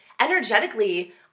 energetically